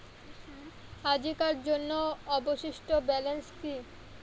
আজিকার জন্য অবশিষ্ট ব্যালেন্স কি?